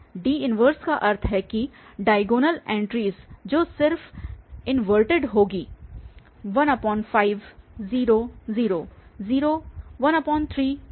D 1 का अर्थ है कि डायगोनल एंटेरीस जो सिर्फ इनवर्टेड होंगी 15 0 0 0 13 0 0 0 14